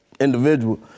individual